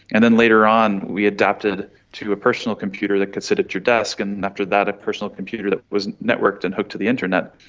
and then later on we adapted to a personal computer that could sit at your desk, and after that a personal computer that was networked and hooked to the internet.